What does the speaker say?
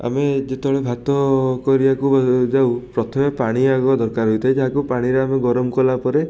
ଆମେ ଯେତେବେଳେ ଭାତ କରିବାକୁ ଯାଉ ପ୍ରଥମେ ପାଣି ଆଗ ଦରକାର ହେଇଥାଏ ଯାହାକୁ ପାଣିରେ ଆମେ ଗରମ କଲାପରେ